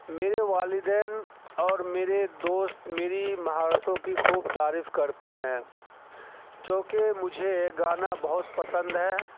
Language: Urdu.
میرے والدین اور میرے دوست میری مہارتوں کی خوب تعریف کرتے ہیں کیونکہ مجھے ایک گانا بہت پسند ہے